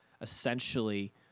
essentially